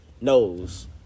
knows